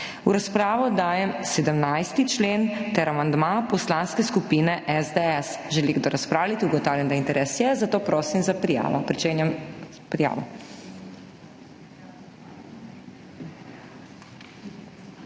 V razpravo dajem 17. člen ter amandma Poslanske skupine SDS. Želi kdo razpravljati? Ugotavljam, da interes je, zato prosim za prijavo. Pričenjam s prijavo.